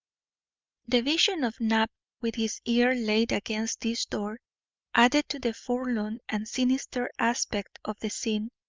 the vision of knapp with his ear laid against this door added to the forlorn and sinister aspect of the scene,